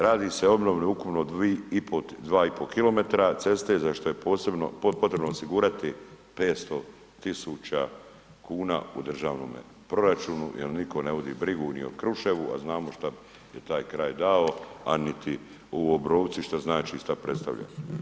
Radi se o obnovi ukupno 2,5km ceste za što je potrebno osigurati 500 tisuća kuna u državnome proračunu jer nitko ne vodi brigu ni o Kruševu a znamo šta je taj kraj dao a niti o Obrovcu i šta znači i šta predstavlja.